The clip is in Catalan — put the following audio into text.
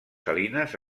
salines